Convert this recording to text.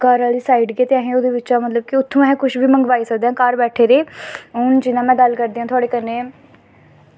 घर आह्ली साढ़ी गै ते अस ओह्दे बिच्च दा गै उत्थूं अस कुश बी मंगवाई सकदे आं घर बैठे दे गै हून जियां में गलिल करदी आं थोआड़े कन्नै